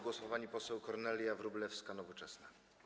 Głos ma pani poseł Kornelia Wróblewska, Nowoczesna.